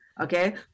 Okay